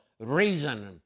reason